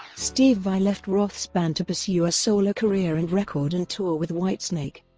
steve vai left roth's band to pursue a solo career and record and tour with whitesnake.